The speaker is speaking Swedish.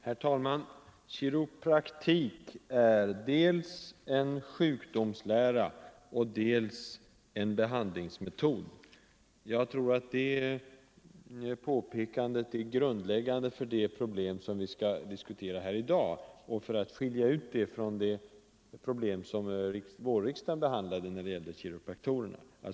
Herr talman! Kiropraktik är dels en sjukdomslära, dels en behandlingsmetod. Jag tror att det påpekandet är grundläggande för det problem vi skall diskutera här i dag. Vi bör skilja ut det från den fråga som vårriksdagen behandlade när det gällde kiropraktorerna.